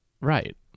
Right